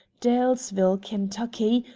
dalesville, kentucky,